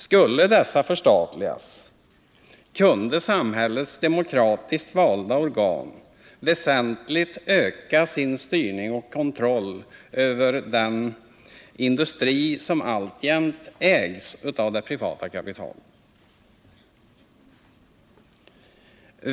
Skulle dessa förstatligas, kunde samhällets demokratiskt valda organ väsentligt öka sin styrning av och kontroll över den industri som alltjämt ägs av det privata kapitalet.